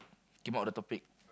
came out the topic